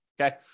Okay